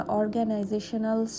organizational